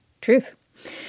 Truth